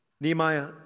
Nehemiah